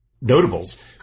notables